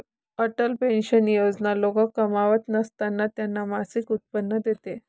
Atal pension Yojana लोक कमावत नसताना त्यांना मासिक उत्पन्न देते